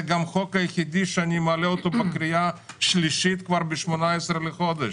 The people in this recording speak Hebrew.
זה גם החוק היחיד שאני מעלה אותו בקריאה השלישית כבר ב-18 בחודש.